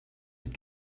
mit